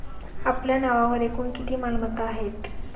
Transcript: आपल्या नावावर एकूण किती मालमत्ता आहेत?